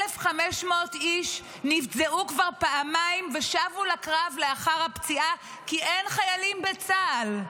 1,500 איש נפצעו כבר פעמיים ושבו לקרב לאחר הפציעה כי אין חיילים בצה"ל.